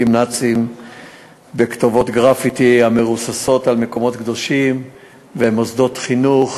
נאציים בכתובות גרפיטי המרוססות על מקומות קדושים ומוסדות חינוך.